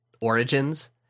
origins